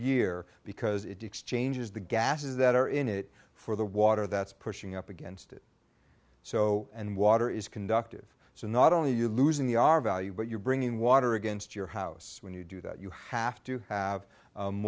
year because it exchanges the gases that are in it for the water that's pushing up against it so and water is conductive so not only are you losing the r value but you're bringing water against your house when you do that you have to have